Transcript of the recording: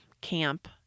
camp